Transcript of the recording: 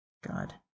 God